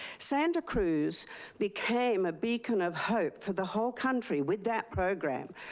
santa cruz became a beacon of hope for the whole country with that program.